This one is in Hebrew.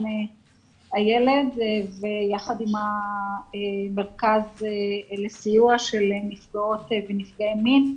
הילד יחד עם המרכז לסיוע של נפגעות ונפגעי מין,